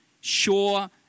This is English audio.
sure